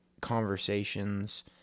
conversations